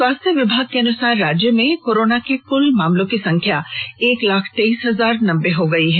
स्वास्थ विभाग के अनुसार राज्य में कोरोना के कुल मामलों की संख्या एक लाख तेईस हजार नब्बे हो गई है